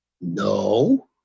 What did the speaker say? no